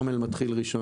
זה דבר שנפתור אותו היום.